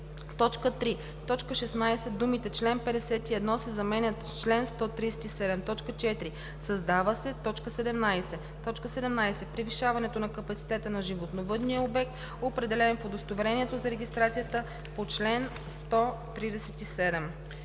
3. В т. 16 думите „чл. 51“ се заменят с „чл. 137“. 4. Създава се т. 17: „17. превишаването на капацитета на животновъдния обект, определен в удостоверението за регистрация по чл. 137.“